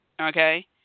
Okay